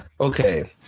Okay